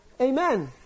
Amen